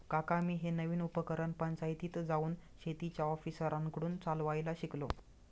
काका मी हे नवीन उपकरण पंचायतीत जाऊन शेतीच्या ऑफिसरांकडून चालवायला शिकलो